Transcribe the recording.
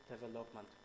development